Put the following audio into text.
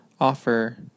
offer